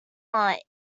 not